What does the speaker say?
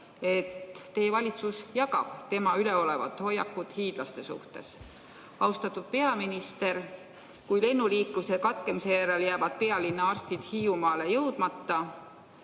et teie valitsus jagab tema üleolevat hoiakut hiidlaste suhtes. Austatud peaminister! Kui lennuliikluse katkemise järel jäävad pealinna arstid Hiiumaale jõudmata,